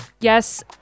Yes